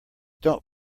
don’t